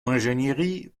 ingénierie